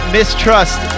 Mistrust